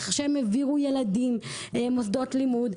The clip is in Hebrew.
אחרי שהם העבירו ילדים, מוסדות לימוד.